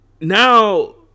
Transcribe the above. now